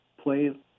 play